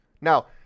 Now